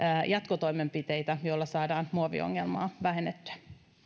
jatkotoimenpiteitä joilla saadaan muoviongelmaa vähennettyä